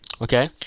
Okay